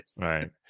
Right